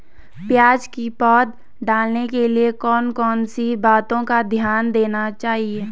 प्याज़ की पौध डालने के लिए कौन कौन सी बातों का ध्यान देना चाहिए?